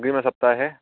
अग्रिम सप्ताहे